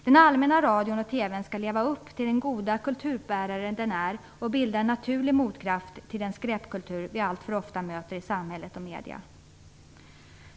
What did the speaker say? Den allmänna radion och TV:n skall leva upp till den goda kulturbärarrollen den har och bilda en naturlig motkraft till den skräpkultur som vi alltför ofta möter i samhället och medierna.